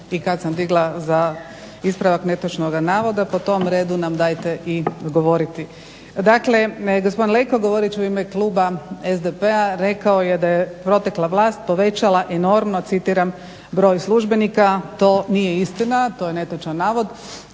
i kad sam digla za ispravak netočnoga navoda po tom redu nam dajte i govoriti. Dakle, gospodin Leko govoreći u ime kluba SDP-a rekao je da je protekla vlast povećala enormno citiram, "broj službenika". To nije istina, to je netočan navod.